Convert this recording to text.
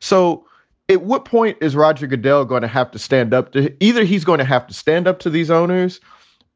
so at what point is roger goodell going to have to stand up to either he's going to have to stand up to these owners